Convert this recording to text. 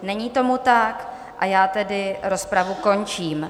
Není tomu tak, tedy rozpravu končím.